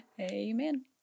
Amen